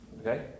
okay